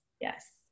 Yes